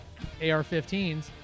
AR-15s